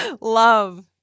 Love